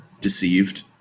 deceived